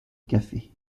café